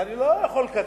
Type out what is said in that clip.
ואני לא יכול לקצר.